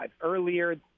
Earlier